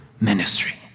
ministry